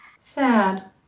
sad